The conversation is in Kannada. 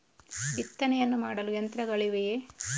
ಬಿತ್ತನೆಯನ್ನು ಮಾಡಲು ಯಂತ್ರಗಳಿವೆಯೇ?